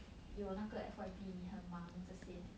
有那个 F_Y_P 你很忙这些